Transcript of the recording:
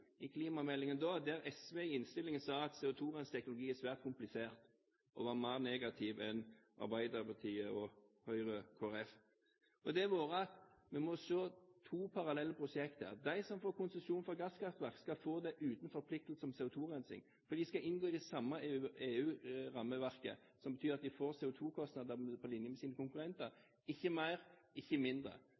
i klimameldingen der SV i innstillingen sa at CO2-renseteknologi er svært komplisert og var mer negativ enn Arbeiderpartiet, Høyre og Kristelig Folkeparti, og det har vært at vi må se to parallelle prosjekter. De som får konsesjon for gasskraftverk, skal få det uten forpliktelser om CO2-rensing, for de skal inngå i det samme EU-rammeverket, som betyr at de får CO2-kostnader på linje med sine konkurrenter – ikke mer, ikke mindre.